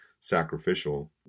sacrificial